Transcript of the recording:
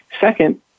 Second